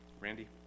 Randy